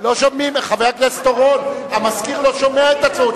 חבר הכנסת אורון, המזכיר לא שומע את עצמו.